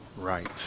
right